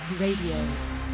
Radio